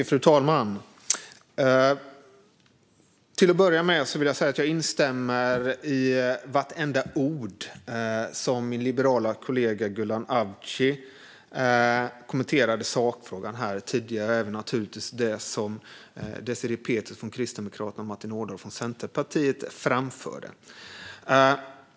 Fru talman! Till att börja med vill jag instämma i vartenda ord som min liberala kollega Gulan Avci anförde i sakfrågan tidigare och naturligtvis även det som Désirée Pethrus från Kristdemokraterna och Martin Ådahl från Centerpartiet framförde.